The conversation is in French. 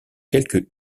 quelque